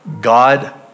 God